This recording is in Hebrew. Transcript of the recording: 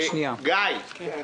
גיא גולדמן,